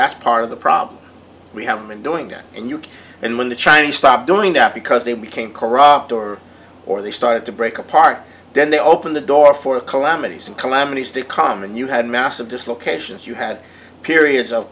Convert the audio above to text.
that's part of the problem we haven't been doing it and you can't and when the chinese stopped doing that because they became corrupt or or they started to break apart then they opened the door for calamities and calamities to common you had massive dislocations you had periods of